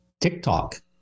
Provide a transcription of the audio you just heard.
TikTok